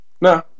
No